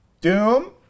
Doom